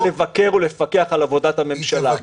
לבקר ולפקח על עבודת הממשלה -- היא תבקר ותפקח.